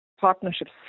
partnerships